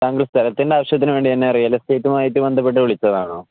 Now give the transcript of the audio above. താങ്ക സ സ്ഥലത്തി്റെ ആവ്യത്തിന് വേണ്ട ത എന്നെ റിയൽസ്റ്റുട്ട് ബധപ്പെട്ട് വിളിച്ചതണോ